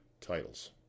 titles